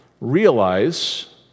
realize